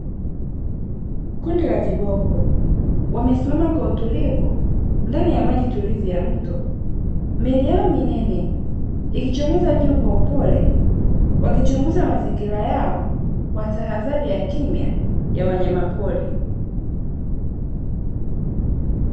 Kundi la viboko wamesomama kwa utulivu ndani ya maji tulivu ya mto, miili yao minene imechomoza juu kwa upole, wakichunguza mazingira yao kwa tahadhari ya kimya ya wanyama pori.